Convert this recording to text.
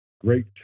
great